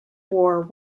war